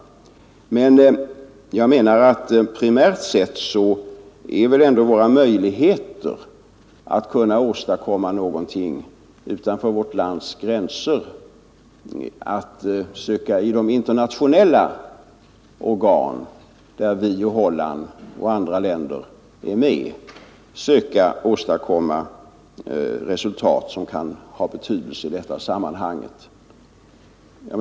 Men primärt sett är väl ändå våra möjligheter att göra någonting utanför vårt lands gränser att söka i de internationella organ där vi och Holland och andra länder är med. Där kan vi söka åstadkomma resultat som kan ha betydelse i detta sammanhang.